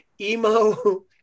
emo